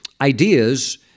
ideas